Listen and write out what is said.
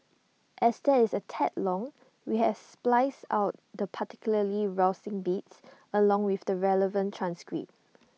as that is A tad long we has spliced out the particularly rousing bits along with the relevant transcript